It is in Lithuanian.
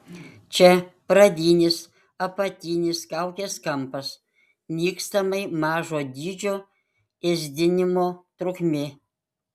čia pradinis apatinis kaukės kampas nykstamai mažo dydžio ėsdinimo trukmė